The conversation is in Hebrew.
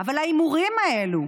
אבל ההימורים האלה,